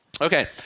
Okay